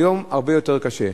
היום זה הרבה יותר קשה.